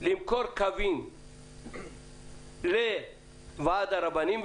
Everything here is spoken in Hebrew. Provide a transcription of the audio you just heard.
למכור קווים לוועד הרבנים,